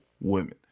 women